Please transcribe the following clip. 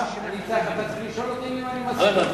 אתה צריך לשאול אותי אם אני מסכים.